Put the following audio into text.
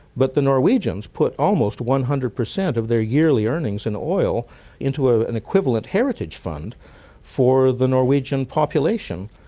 but the norwegians put almost one hundred percent of their yearly earnings in oil into ah an equivalent heritage fund for the norwegian population.